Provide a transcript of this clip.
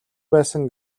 байсан